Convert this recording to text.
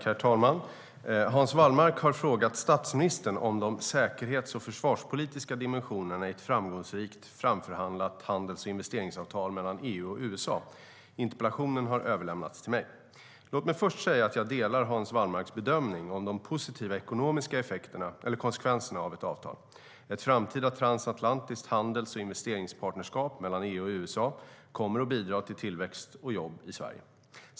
Herr talman! Hans Wallmark har frågat statsministern om de säkerhets och försvarspolitiska dimensionerna i ett framgångsrikt framförhandlat handels och investeringsavtal mellan EU och USA. Interpellationen har överlämnats till mig. Låt mig först säga att jag delar Hans Wallmarks bedömning om de positiva ekonomiska konsekvenserna av ett avtal. Ett framtida transatlantiskt handels och investeringspartnerskap mellan EU och USA kommer att bidra till tillväxt och jobb i Sverige.